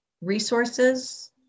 resources